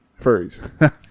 furries